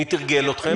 מי תרגל אתכם?